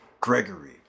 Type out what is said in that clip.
Gregory